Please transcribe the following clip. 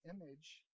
image